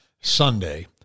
Sunday